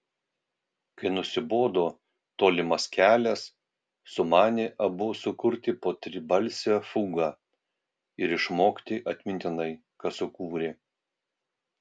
kai nusibodo tolimas kelias sumanė abu sukurti po tribalsę fugą ir išmokti atmintinai ką sukūrė